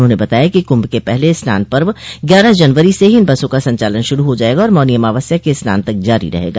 उन्होंने बताया कि कुंभ के पहले स्नान पर्व ग्यारह जनवरी से ही इन बसों का संचालन शुरू हो जायेगा और मौनी अमावस्या के स्नान तक जारी रहेगा